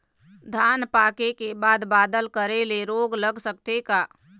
धान पाके के बाद बादल करे ले रोग लग सकथे का?